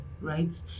right